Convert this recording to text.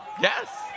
yes